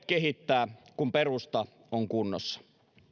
kehittää kun perusta on kunnossa